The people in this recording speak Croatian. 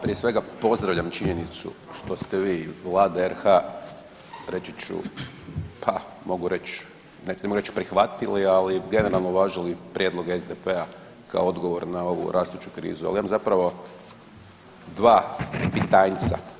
Prije svega pozdravljam činjenicu što ste vi Vlada RH reći ću, pa mogu reć, neću reć prihvatili, ali generalno uvažili prijedlog SDP-a kao odgovor na ovu rastuću krizu, ali imam zapravo dva pitanjca.